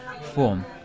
form